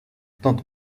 tente